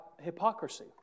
hypocrisy